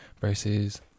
versus